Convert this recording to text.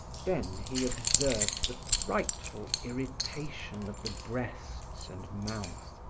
then he observed the frightful irritation of the breasts and mouth,